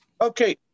Okay